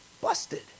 busted